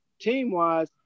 team-wise